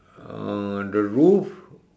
uh the roof